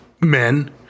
men